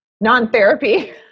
non-therapy